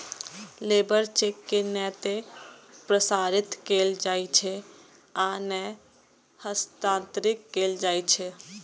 labour cheque के नै ते प्रसारित कैल जाइ छै आ नै हस्तांतरित कैल जाइ छै